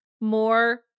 more